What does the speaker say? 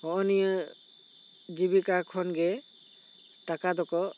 ᱦᱚᱜᱱᱤᱭᱟᱹ ᱡᱤᱵᱤᱠᱟ ᱠᱷᱚᱱ ᱜᱮ ᱴᱟᱠᱟ ᱫᱚᱠᱚ